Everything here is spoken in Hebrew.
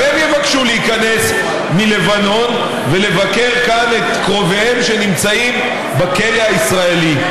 גם הם יבקשו להיכנס מלבנון ולבקר כאן את קרוביהם שנמצאים בכלא הישראלי.